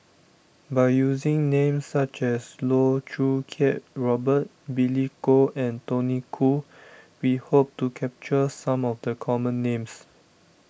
by using names such as Loh Choo Kiat Robert Billy Koh and Tony Khoo we hope to capture some of the common names